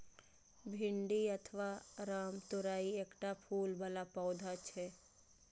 भिंडी अथवा रामतोरइ एकटा फूल बला पौधा छियै